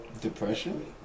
Depression